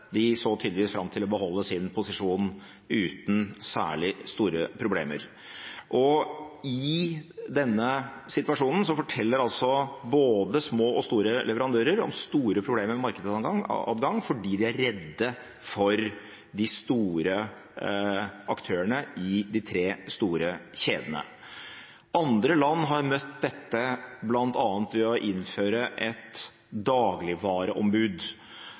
De så tydeligvis fram til å beholde sin posisjon uten særlig store problemer. I denne situasjonen forteller både små og store leverandører om store problemer med markedsadgang, fordi de er redde for de store aktørene i de tre store kjedene. Andre land har møtt dette bl.a. ved å innføre et dagligvareombud.